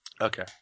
okay